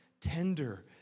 tender